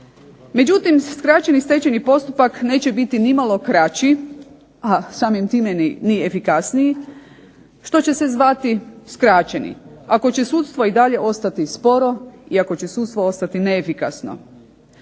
Međutim, skraćeni stečajni postupak neće biti ni malo kraći a samim time ni efikasniji što će se zvati skraćeni ako će sudstvo i dalje ostati sporo i ako će sudstvo ostati neefikasno.